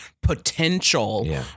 potential